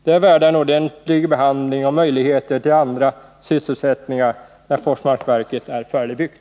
De är värda en ordentlig behandling och möjligheter till andra sysselsättningar när Forsmarkverket är färdigbyggt.